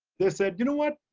they said, you know what?